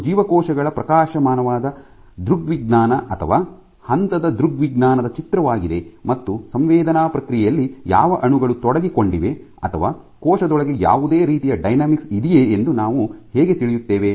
ಇದು ಜೀವಕೋಶಗಳ ಪ್ರಕಾಶಮಾನವಾದ ದೃಗ್ವಿಜ್ಞಾನ ಅಥವಾ ಹಂತದ ದೃಗ್ವಿಜ್ಞಾನದ ಚಿತ್ರವಾಗಿದೆ ಮತ್ತು ಸಂವೇದನಾ ಪ್ರಕ್ರಿಯೆಯಲ್ಲಿ ಯಾವ ಅಣುಗಳು ತೊಡಗಿಕೊಂಡಿವೆ ಅಥವಾ ಕೋಶದೊಳಗೆ ಯಾವುದೇ ರೀತಿಯ ಡೈನಾಮಿಕ್ಸ್ ಇದೆಯೇ ಎಂದು ನಾವು ಹೇಗೆ ತಿಳಿಯುತ್ತೇವೆ